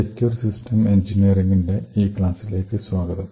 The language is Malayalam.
സെക്യൂർ സിസ്റ്റം എഞ്ചിനീയറിംഗിന്റെ ഈ ക്ലാസ്സിലേക് സ്വാഗതം